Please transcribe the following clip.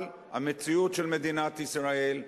אבל המציאות של מדינת ישראל,